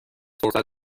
فرصت